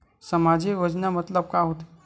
सामजिक योजना मतलब का होथे?